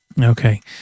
Okay